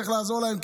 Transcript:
צריך לעזור להם,